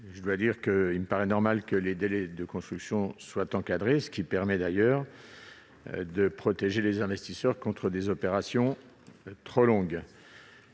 rectifié, il me paraît normal que les délais de construction soient encadrés, ce qui permet d'ailleurs de protéger les investisseurs contre des opérations trop longues.